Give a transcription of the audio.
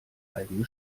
eigene